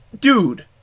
Dude